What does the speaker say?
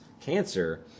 cancer